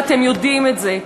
ואתם יודעים את זה.